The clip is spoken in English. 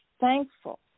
thankful